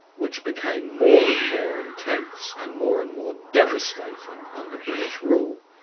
which became more and more intense and more and more devastating under british rule,